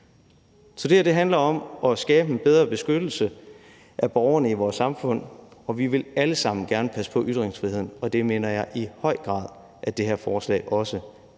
Så det her handler om at skabe en bedre beskyttelse af borgerne i vores samfund, og vi vil alle sammen gerne passe på ytringsfriheden, og det mener jeg i høj grad det her forslag også gør